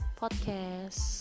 podcast